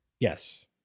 Yes